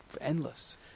endless